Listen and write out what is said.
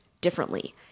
differently